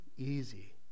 easy